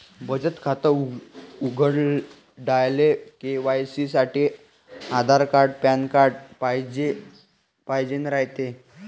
बचत खातं उघडाले के.वाय.सी साठी आधार अन पॅन कार्ड पाइजेन रायते